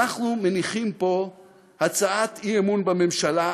אנחנו מניחים פה הצעת אי-אמון בממשלה,